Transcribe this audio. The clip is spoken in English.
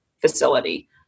facility